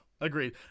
Agreed